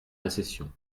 récession